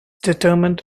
determined